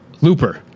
Looper